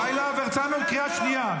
יוראי להב הרצנו, קריאה שנייה.